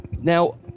Now